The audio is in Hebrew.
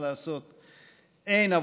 כי מה לעשות,